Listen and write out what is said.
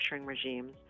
regimes